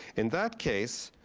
in that case,